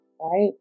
right